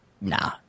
nah